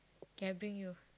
okay I bring you